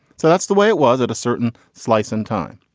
so that's the way it was at a certain slice in time.